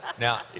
Now